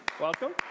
Welcome